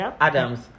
Adams